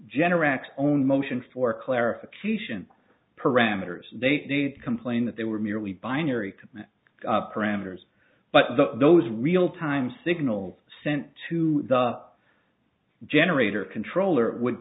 generac own motion for clarification parameters they do complain that they were merely binary parameters but the those real time signals sent to the generator controller would